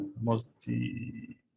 multi